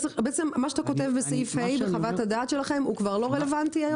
מה שאתה כותב בסעיף (ה) כחוות הדעת שלכם הוא כבר לא רלוונטי היום?